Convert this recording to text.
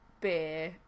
beer